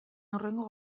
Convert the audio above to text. hurrengo